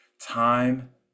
time